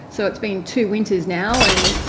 so it's been two winters now and,